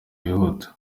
wihuta